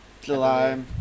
July